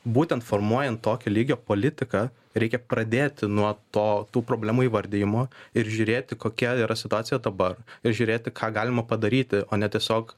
būtent formuojant tokio lygio politiką reikia pradėti nuo to tų problemų įvardijimų ir žiūrėti kokia yra situacija dabar ir žiūrėti ką galima padaryti o ne tiesiog